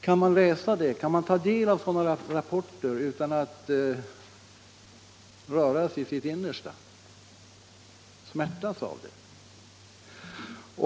Kan man ta del av sådana rapporter utan att beröras i sitt innersta?